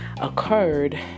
occurred